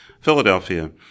Philadelphia